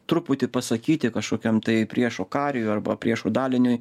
truputį pasakyti kažkokiam tai priešo kariui arba priešo daliniui